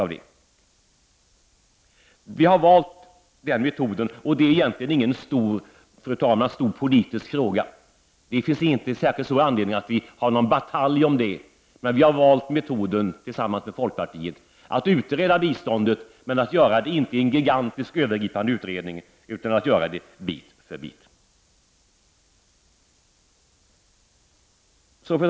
Vi har valt den metoden. Det är egentligen ingen stor politisk fråga. Det finns ingen särskild anledning att ha någon batalj om det. Vi har tillsammans med folkpartiet valt metoden att utreda biståndet, inte i en gigantisk övergripande utredning utan bit för bit. Fru talman!